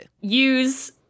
use